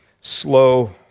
slow